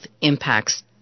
impacts